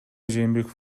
жээнбеков